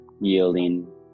yielding